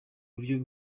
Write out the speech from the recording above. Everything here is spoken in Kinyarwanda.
buryo